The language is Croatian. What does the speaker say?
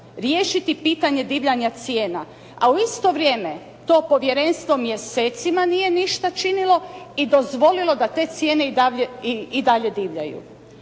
riješiti pitanje divljanja cijena, a u isto vrijeme to povjerenstvo mjesecima nije ništa činilo i dozvolilo da te cijene i dalje divljaju?